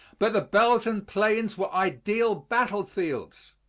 but the belgian plains were ideal battlefields.